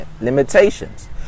limitations